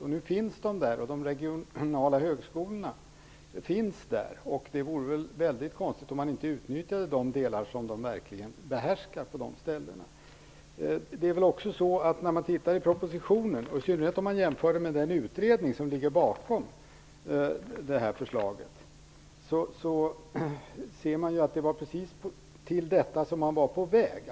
Och nu finns de regionala högskolorna där, och det vore väldigt konstigt om man inte utnyttjade de delar som de verkligen behärskar på dessa ställen. När man tittar i propositionen, och i synnerhet om man jämför den med den utredning som ligger bakom förslaget, ser man att det var precis till detta som man var på väg.